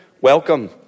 Welcome